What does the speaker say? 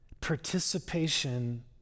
participation